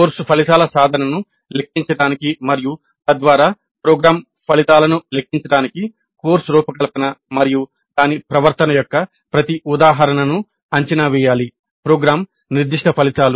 course ఫలితాల సాధనను లెక్కించడానికి మరియు తద్వారా ప్రోగ్రామ్ ఫలితాలను లెక్కించడానికి కోర్సు రూపకల్పన మరియు దాని ప్రవర్తన యొక్క ప్రతి ఉదాహరణను అంచనా వేయాలి ప్రోగ్రామ్ నిర్దిష్ట ఫలితాలు